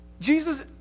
Jesus